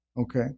Okay